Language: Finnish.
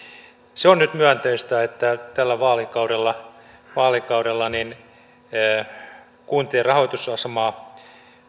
se on nyt myönteistä että tällä vaalikaudella vaalikaudella kuntien rahoitusasemaa